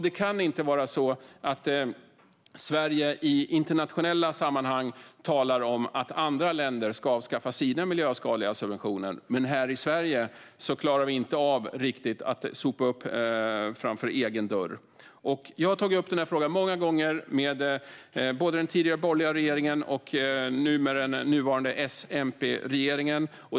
Det kan inte vara så att Sverige i internationella sammanhang talar om att andra länder ska avskaffa sina miljöskadliga subventioner men att vi här i Sverige inte riktigt klarar av att sopa framför egen dörr. Jag har tagit upp denna fråga många gånger både med den tidigare borgerliga regeringen och med den nuvarande S och MP-regeringen.